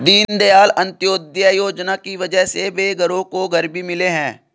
दीनदयाल अंत्योदय योजना की वजह से बेघरों को घर भी मिले हैं